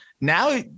now